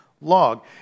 log